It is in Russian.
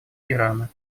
ирана